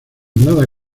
nada